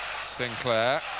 Sinclair